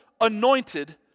anointed